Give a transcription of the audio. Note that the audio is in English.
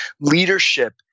leadership